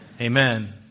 amen